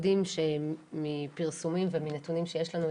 ואנחנו יודעים שמפרסומים ונתונים שיש לנו,